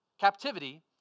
Captivity